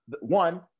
one